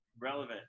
relevant